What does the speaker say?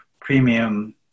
premium